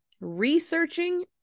researching